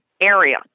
area